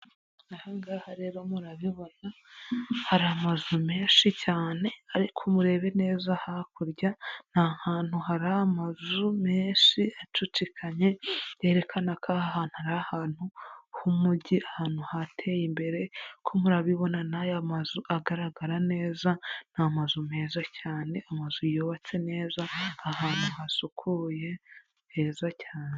Aha ngaha rero murabibona hari amazu menshi cyane ariko murebe neza hakurya, nta hantu hari amazu menshi acucikanye yerekana ko aha hantu ari ahantu h'umujyi, ahantu hateye imbere, kuko murabibona n'aya mazu agaragara neza, ni amazu meza cyane amazu yubatse neza ahantu hasukuye, heza cyane.